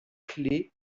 clés